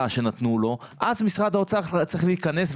שנתנו לו אז משרד האוצר צריך להיכנס,